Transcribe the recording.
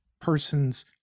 person's